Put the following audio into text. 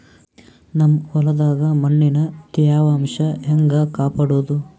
ನಮ್ ಹೊಲದಾಗ ಮಣ್ಣಿನ ತ್ಯಾವಾಂಶ ಹೆಂಗ ಕಾಪಾಡೋದು?